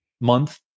month